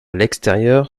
l’extérieur